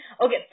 Okay